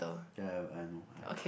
ya ya I know I